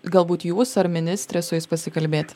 galbūt jūs ar ministrė su jais pasikalbėti